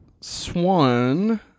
Swan